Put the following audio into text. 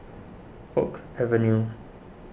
Oak Avenue